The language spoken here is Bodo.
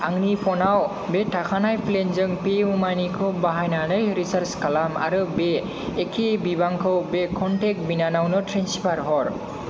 आंनि फ'नाव बे थाखानाय प्लेनजों पेइउ मानिखौ बाहायनानै रिसार्ज खालाम आरो बे एखे बिबांखौ बे क'नटेक्ट बिनानावनो ट्रेन्सफार हर